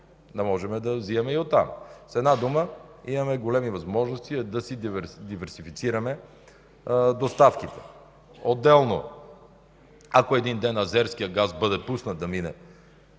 да можем да взимаме и оттам. С една дума имаме големи възможности да си диверсифицираме доставките. Отделно, ако един ден азерския газ бъде пуснат да мине